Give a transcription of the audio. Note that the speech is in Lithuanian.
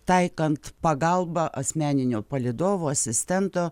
taikant pagalbą asmeninio palydovo asistento